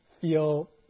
feel